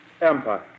Empire